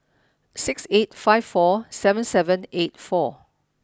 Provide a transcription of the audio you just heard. six eight five four seven seven eight four